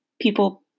people